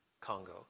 Congo